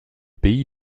pays